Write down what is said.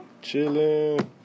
chilling